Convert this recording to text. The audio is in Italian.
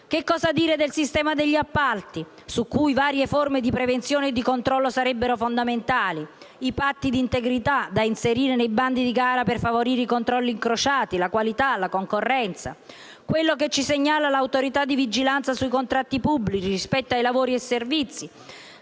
Che cosa dire del sistema degli appalti su cui varie forme di prevenzione e di controllo sarebbero fondamentali, i patti di integrità da inserire nei bandi di gara per favorire i controlli incrociati, la qualità e la concorrenza? L'Autorità di vigilanza sui contratti pubblici rispetto a lavori e servizi